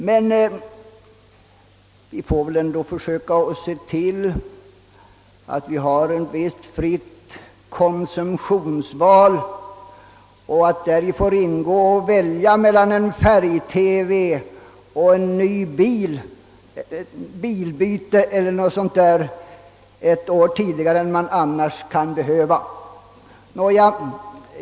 Men vi får väl ändå försöka se till att vi har ett fritt konsumtionsval och att däri får ingå ett val mellan exempelvis färg-TV och en ny bil, ett bilbyte eller något liknande.